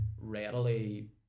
readily